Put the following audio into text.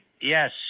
Yes